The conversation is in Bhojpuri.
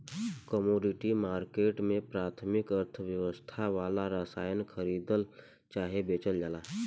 कमोडिटी मार्केट में प्राथमिक अर्थव्यवस्था वाला सामान खरीदल चाहे बेचल जाला